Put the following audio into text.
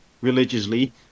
religiously